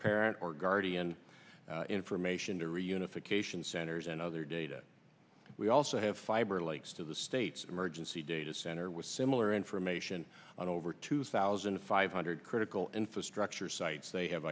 parent or guardian information to reunification centers and other data we also have fiber lakes to the state's emergency data center with similar information on over two thousand five hundred critical infrastructure sites they have